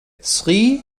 sri